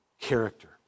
character